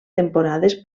temporades